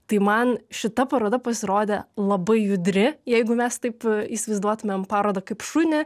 tai man šita paroda pasirodė labai judri jeigu mes taip įsivaizduotumėm parodą kaip šunį